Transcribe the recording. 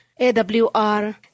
AWR